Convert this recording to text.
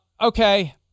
Okay